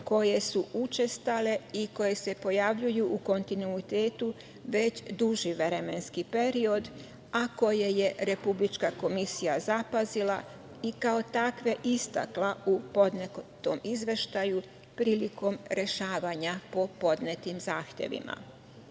koje su učestale i koje se pojavljuju u kontinuitetu već duži vremenski period, a koje je republička komisija zapazila i kao takve istakla u podnetom izveštaju prilikom rešavanja po podnetim zahtevima. Sve